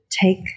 take